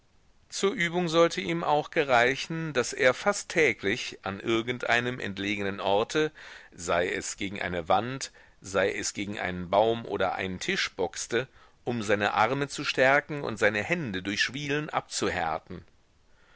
zur übung sollte ihm auch gereichen daß er fast täglich an irgendeinem entlegenen orte sei es gegen eine wand sei es gegen einen baum oder einen tisch boxte um seine arme zu stärken und seine hände durch schwielen abzuhärten